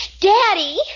Daddy